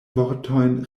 vortojn